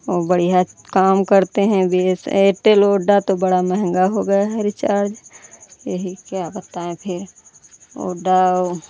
औ बढ़िया काम करते हैं बी एस एयरटेल वोडा तो बड़ा महँगा हो गया है रिचार्ज यही क्या बताए फिर वोडा और